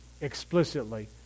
explicitly